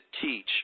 teach